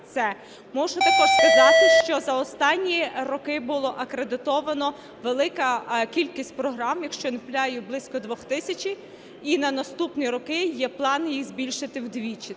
Можу також сказати, що за останні роки була акредитована велика кількість програм, якщо я не помиляюсь, близько 2 тисяч, і на наступні роки є плани їх збільшити вдвічі.